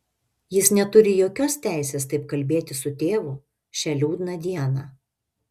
jis neturi jokios teisės taip kalbėti su tėvu šią liūdną dieną